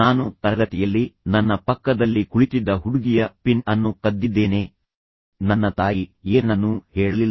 ನಾನು ತರಗತಿಯಲ್ಲಿ ನನ್ನ ಪಕ್ಕದಲ್ಲಿ ಕುಳಿತಿದ್ದ ಹುಡುಗಿಯ ಪಿನ್ ಅನ್ನು ಕದ್ದಿದ್ದೇನೆ ನನ್ನ ತಾಯಿ ಏನನ್ನೂ ಹೇಳಲಿಲ್ಲ